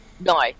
No